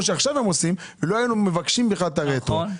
שעכשיו הם עושים לא היינו מבקשים בכלל את הרטרואקטיביות.